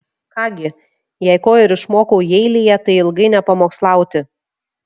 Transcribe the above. ką gi jei ko ir išmokau jeilyje tai ilgai nepamokslauti